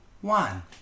one